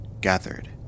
gathered